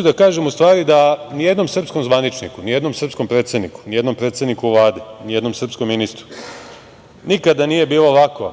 da kažem da ni jednom srpskom zvaničniku, ni jednom srpskom predsedniku, ni jednom predsedniku Vlade, ni jednom srpskom ministru nikada nije bilo lako